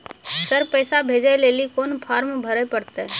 Sir पैसा भेजै लेली कोन फॉर्म भरे परतै?